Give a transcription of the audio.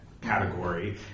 Category